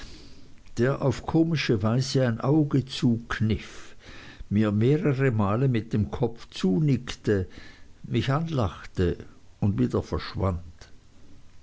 der auf komische weise ein auge zukniff mir mehrere male mit dem kopf zunickte mich anlachte und wieder verschwand